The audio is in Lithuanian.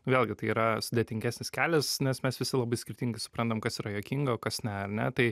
vėlgi tai yra sudėtingesnis kelias nes mes visi labai skirtingai suprantam kas yra juokinga o kas ne ar ne tai